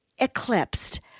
eclipsed